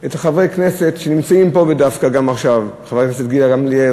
את חברי הכנסת שנמצאים פה ודווקא גם עכשיו: חברת הכנסת גילה גמליאל,